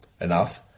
enough